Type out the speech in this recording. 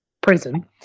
prison